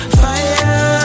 fire